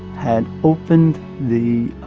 had opened the